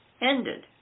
ended